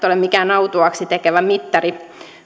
ole mikään autuaaksi tekevä mittari